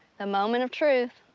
the moment of truth.